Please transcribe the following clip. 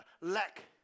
lack